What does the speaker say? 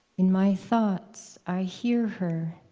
in my thoughts, i hear her,